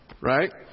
Right